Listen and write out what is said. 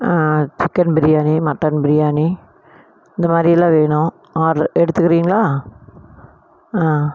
chicken biryani mutton biryani இந்த மாதிரிலாம் வேணும் ஆட்ரு எடுத்துக்கறீங்களா ஆ